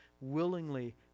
willingly